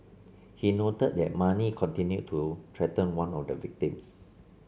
he noted that Mani continued to threaten one of the victims